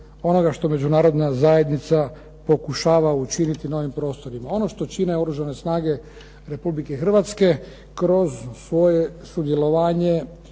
onoga što Međunarodna zajednica pokušava učiniti na ovim prostorima. Ono što čine Oružane snage Republike Hrvatske kroz svoje sudjelovanje